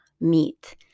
meat